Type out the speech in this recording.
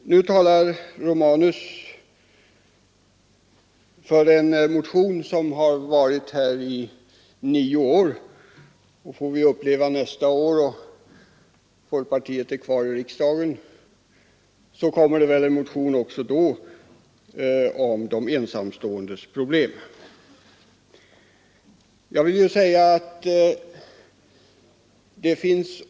Nu talar herr Romanus för en motion som förekommit under nio år. Får vi uppleva nästa år kommer väl också då att väckas en motion om de ensamståendes problem, om folkpartiet är kvar i riksdagen.